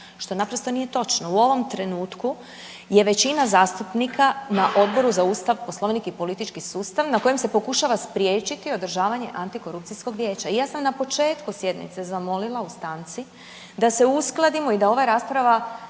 što naprosto nije točno. U ovom trenutku je većina zastupnika na Odboru za Ustav, Poslovnik i politički sustav na kojem se pokušava spriječiti održavanje antikorupcijskog vijeća. I ja sam na početku sjednice zamolila u stanci da se uskladimo i da ova rasprava